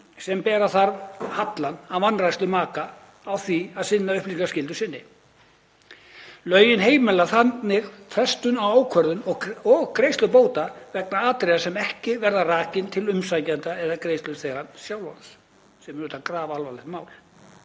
sem bera þarf hallann af vanrækslu maka á því að sinna upplýsingaskyldu sinni. Lögin heimila þannig frestun á ákvörðun og greiðslu bóta vegna atriða sem ekki verða rakin til umsækjanda eða greiðsluþega sjálfs, sem er auðvitað grafalvarlegt mál.